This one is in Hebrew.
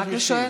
לשואל?